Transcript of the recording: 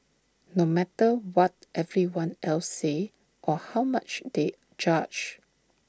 no matter what everyone else says or how much they judge